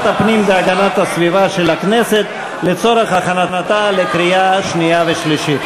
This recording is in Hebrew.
הפנים והגנת הסביבה של הכנסת לצורך הכנתה לקריאה שנייה ושלישית.